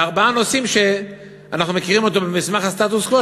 בארבעה נושאים שאנחנו מכירים אותם ממסמך הסטטוס-קוו,